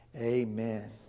Amen